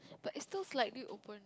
but is still likely open